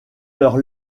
leurs